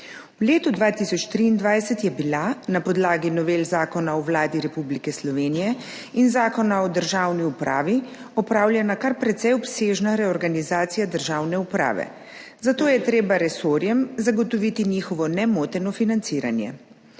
V letu 2023 je bila na podlagi novele Zakona o Vladi Republike Slovenije in Zakona o državni upravi opravljena kar precej obsežna reorganizacija državne uprave, zato je treba resorjem zagotoviti njihovo nemoteno financiranje.